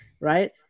right